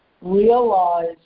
realize